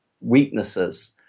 weaknesses